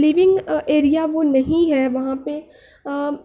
living area وہ نہیں ہے وہاں پہ